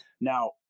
Now